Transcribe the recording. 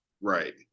Right